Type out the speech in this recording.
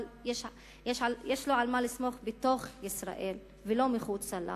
אבל יש לו על מה לסמוך בתוך ישראל ולא מחוצה לה.